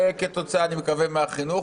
אני מקווה כתוצאה מהחינוך,